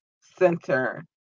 Center